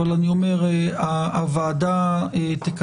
אבל אני אומר שהוועדה תקדם,